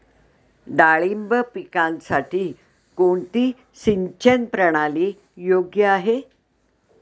डाळिंब पिकासाठी कोणती सिंचन प्रणाली योग्य आहे?